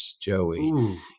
Joey